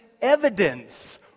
evidence